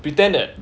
pretend that